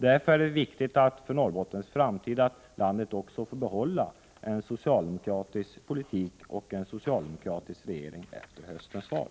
Därför är det viktigt för Norrbottens framtid att landet också får behålla en socialdemokratisk politik och regering även efter höstens val.